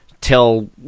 tell